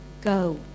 go